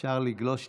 אפשר לגלוש טיפה,